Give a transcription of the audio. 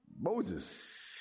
Moses